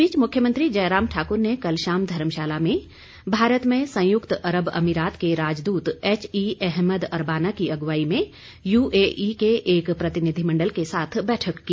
इस बीच मुख्यमंत्री जय राम ठाकुर ने कल शाम धर्मशाला में भारत में संयुक्त अरब अमीरात के राजदूत एचई अहमद अरबाना की अगुवाई में यूएई के एक प्रतिनिधिमंडल के साथ बैठक की